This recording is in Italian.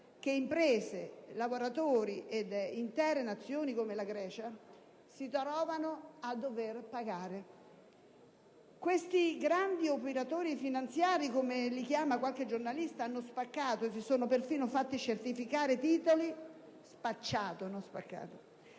che imprese, lavoratori e intere Nazioni, come la Grecia, si trovano a dover pagare. Questi grandi operatori finanziari, come li chiama qualche giornalista, hanno spacciato, e si sono perfino fatti certificare, titoli senza valore